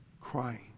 crying